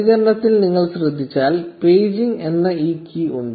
പ്രതികരണത്തിൽ നിങ്ങൾ ശ്രദ്ധിച്ചാൽ പേജിംഗ് എന്ന ഈ കീ ഉണ്ട്